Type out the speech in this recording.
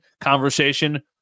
conversation